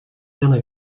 dóna